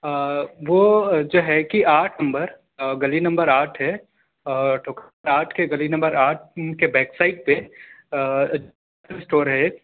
وہ جو ہے کہ آٹھ نمبر گلی نمبر آٹھ ہے ٹھوکر آٹھ کے گلی نمبر آٹھ کے بیک سائڈ پہ اسٹور ہے ایک